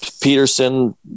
Peterson